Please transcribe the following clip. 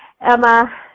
Emma